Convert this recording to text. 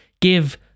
Give